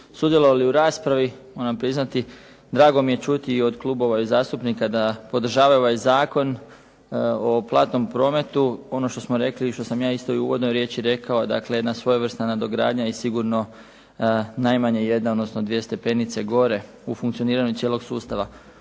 sudjelovali u raspravi. Moram priznati, drago mi je čuti i od klubova i zastupnika da podržavaju ovaj Zakon o platnom prometu. Ono što smo rekli i što sam ja isto u uvodnoj riječi rekao, dakle jedna svojevrsna nadogradnja i sigurno najmanje jedna, odnosno dvije stepenice gore u funkcioniranju cijelog sustava.